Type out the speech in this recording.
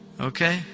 Okay